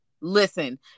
Listen